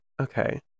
Okay